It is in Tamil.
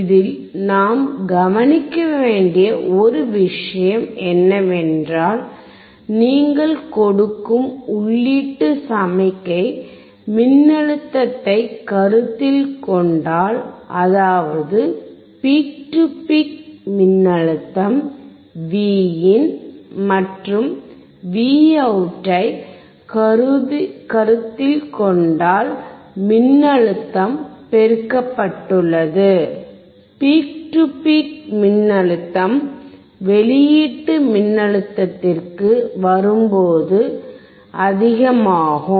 இதில் நாம் கவனிக்க வேண்டிய ஒரு விஷயம் என்னவென்றால் நீங்கள் கொடுக்கும் உள்ளீட்டு சமிக்ஞை மின்னழுத்தத்தைக் கருத்தில் கொண்டால் அதாவது பீக் டு பீக் மின்னழுத்தம் Vin மற்றும் Voutஐ கருத்தில் கொண்டால் மின்னழுத்தம் பெருக்கப்பட்டுள்ளது பீக் டு பீக் மின்னழுத்தம் வெளியீட்டு மின்னழுத்தத்திற்கு வரும்போது அதிகமாகும்